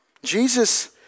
Jesus